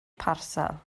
parsel